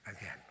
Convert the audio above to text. again